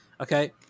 Okay